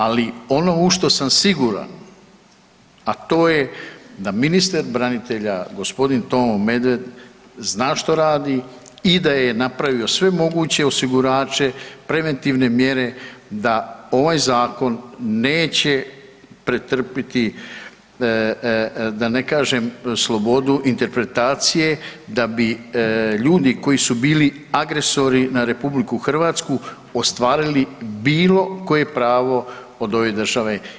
Ali ono u što sam siguran a to je da ministar branitelja gospodin Tomo Medved zna što radi i da je napravio sve moguće osigurače, preventivne mjere da ovaj zakon neće pretrpiti da ne kažem slobodu interpretacije da bi ljudi koji su bili agresori na RH ostvarili bilo koje pravo od ove države.